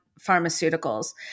pharmaceuticals